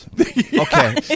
Okay